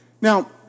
Now